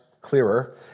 clearer